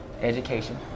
Education